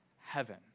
heaven